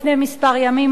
לפני כמה ימים,